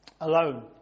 alone